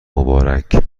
مبارک